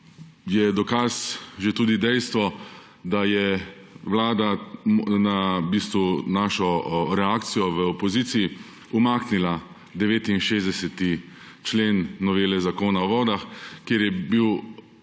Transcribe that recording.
je dokaz že tudi dejstvo, da je Vlada v bistvu na našo reakcijo v opoziciji umaknila 69. člen novele Zakona o vodah, kjer je